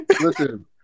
Listen